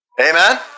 Amen